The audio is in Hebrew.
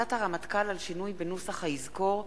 החלטת הרמטכ"ל על שינוי בנוסח "יזכור",